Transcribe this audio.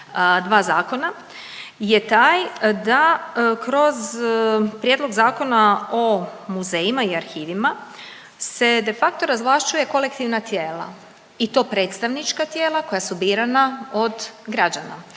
dva zakona je taj da kroz Prijedlog zakona o muzejima i arhivima se de facto razvlašćuje kolektivna tijela i to predstavnička tijela koja su birana od građana.